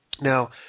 Now